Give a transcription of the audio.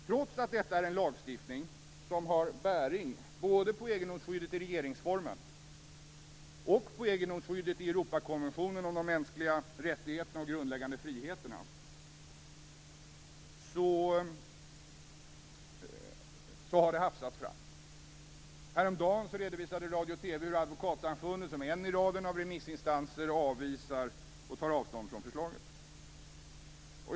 Trots att detta är en lagstiftning som har bäring både på egendomsskyddet i regeringsformen och på egendomsskyddet i Europakonventionen om de mänskliga rättigheterna och grundläggande friheterna har det hafsats fram. Häromdagen redovisade radio och TV hur Advokatsamfundet som en i raden av remissinstanser avvisar och tar avstånd från förslaget.